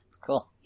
Cool